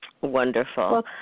Wonderful